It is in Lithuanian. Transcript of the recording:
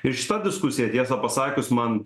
ir šita diskusija tiesą pasakius man